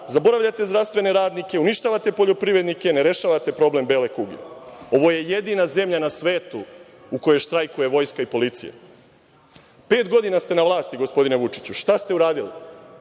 zaboravljate zdravstvene radnike, uništavate poljoprivrednike, ne rešavate problem bele kuge. Ovo je jedina zemlja na svetu u kojoj štrajkuje vojska i policija. Pet godina ste na vlasti, gospodine Vučiću, šta ste uradili?